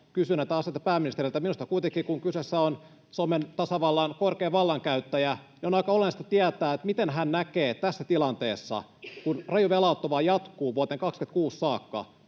kysyy näitä asioita pääministeriltä. Minusta kuitenkin, kun kyseessä on Suomen tasavallan korkein vallankäyttäjä, on aika olennaista tietää, miten hän näkee tämän tilanteen, kun raju velanotto vaan jatkuu vuoteen 26 saakka: